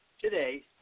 today